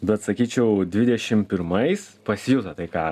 bet sakyčiau dvidešim pirmais pasijuto tai ką